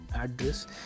address